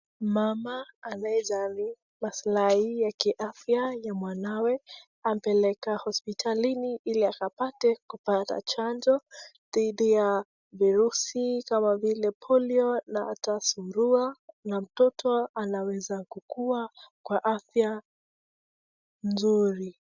Mama anayejali maslahi ya kiafya ya mwanawe ampeleka hospitalini ili akaweza kupata chanjo dhidi ya virusi kama vile polio na hata surua na mtoto anaweza kukua kwa afya nzuri.